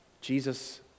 Jesus